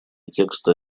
текста